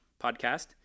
podcast